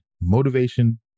motivation